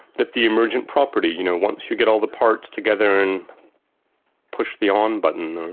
that the emergent property, you know, once you get all the parts together and push the on button,